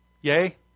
yay